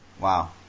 Wow